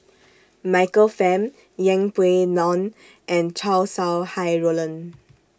Michael Fam Yeng Pway Ngon and Chow Sau Hai Roland